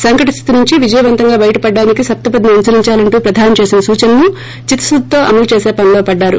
సంకట స్థితి నుంచి విజయవంతంగా బయటపడటానికి సప్తపదిని అనుసరించాలంటూ ప్రధాని చేసిన సూచనలను చిత్తకుద్దితో అమలు చేస పనిలో పడ్డారు